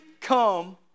come